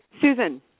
Susan